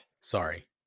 Sorry